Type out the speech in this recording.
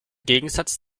gegensatz